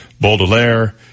Baudelaire